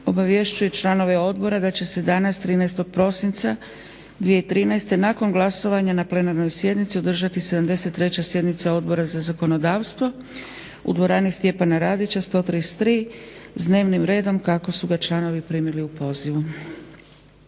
obavješćuje članove odbora da će se danas 13. prosinca 2013. nakon glasovanja na plenarnoj sjednici održati 73. sjednica odbora za zakonodavstvo u dvorani Stjepana Radić 133 s dnevnim redom kako su ga članovi primili u pozivu.